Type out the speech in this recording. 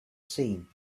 seen